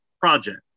project